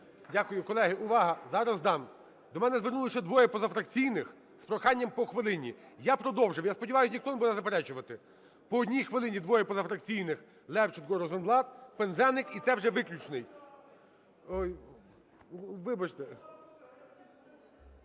Дякую. Колеги, увага! Зараз дам. До мене звернулися ще двоє позафракційних з проханням по хвилині. Я продовжив. Я сподіваюсь, ніхто не буде заперечувати? По одній хвилині двоє позафракційних: Левченко, Розенблат, Пинзеник. І це вже виключний. (Шум